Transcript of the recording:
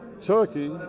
Turkey